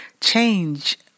change